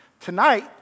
Tonight